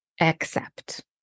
accept